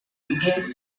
against